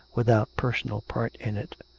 without personal part in it.